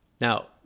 Now